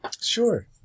Sure